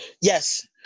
yes